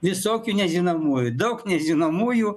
visokių nežinomųjų daug nežinomųjų